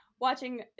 watching